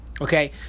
Okay